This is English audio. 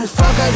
fuck